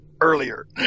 earlier